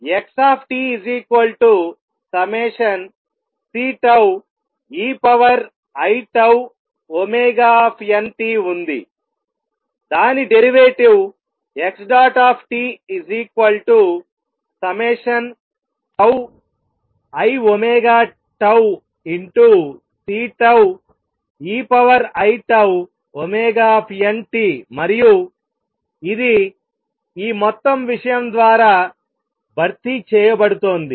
మనకు xt∑Ceiτωt ఉంది దాని డెరివేటివ్ xtiωτCeiτωt మరియు ఇది ఈ మొత్తం విషయం ద్వారా భర్తీ చేయబడుతోంది